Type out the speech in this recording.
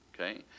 Okay